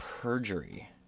perjury